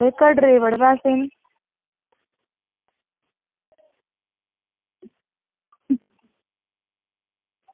ते कटरे दे बड़े पैसे न